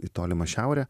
į tolimą šiaurę